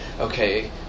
Okay